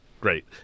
great